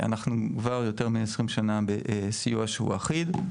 אנחנו כבר יותר מ-20 שנה בסיוע שהוא אחיד,